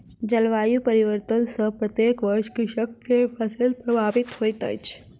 जलवायु परिवर्तन सॅ प्रत्येक वर्ष कृषक के फसिल प्रभावित होइत अछि